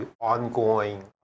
ongoing